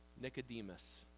Nicodemus